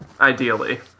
Ideally